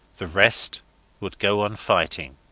the rest would go on fighting.